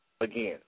Again